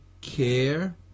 care